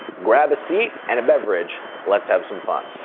grab a seat and a beverage. let's have some fun.